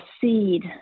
seed